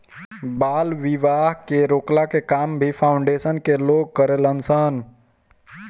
बाल विवाह के रोकला के काम भी फाउंडेशन कअ लोग करेलन सन